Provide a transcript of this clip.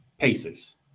Pacers